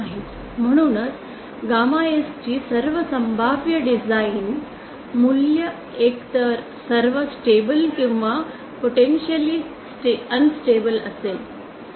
म्हणूनच gamma s ची सर्व संभाव्य डिझाइन मूल्य एकतर सर्व स्टेबल किंवा पोटेंशिअलि अनन्स्टेबल असेल